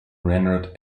rendered